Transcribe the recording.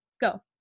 go